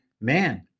man